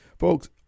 Folks